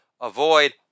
avoid